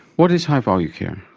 what is high-value care?